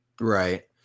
right